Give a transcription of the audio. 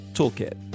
toolkit